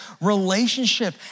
relationship